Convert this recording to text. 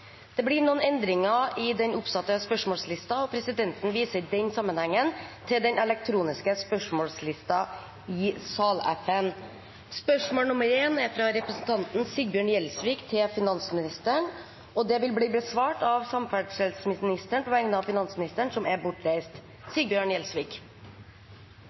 Det blir noen endringer i den oppsatte spørsmålslisten, og presidenten viser i den sammenheng til den elektroniske spørsmålslisten i salappen. Endringene var som følger: Spørsmål 1, fra representanten Sigbjørn Gjelsvik til finansministeren, vil bli besvart av samferdselsministeren på vegne av finansministeren, som er bortreist.